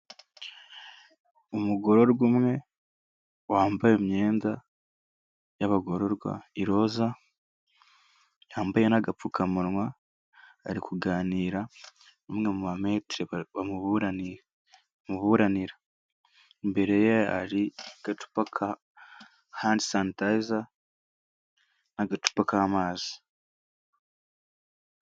Umugororwa umwe wambaye imyenda y'abagororwa y'iroza, yambaye n'agapfukamunwa ari kuganira n'umwe mu bametere bamuburanira. Imbere hari agacupa ka handi sanitayiza n'agacupa k'amazi.